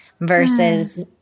versus